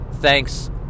thanks